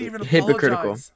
hypocritical